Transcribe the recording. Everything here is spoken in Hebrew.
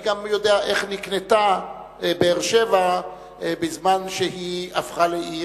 אני גם יודע איך נקנתה באר-שבע בזמן שהיא הפכה לעיר,